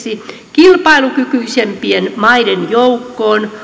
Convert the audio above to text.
kilpailukykyisimpien maiden joukkoon